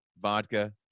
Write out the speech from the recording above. vodka